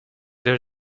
there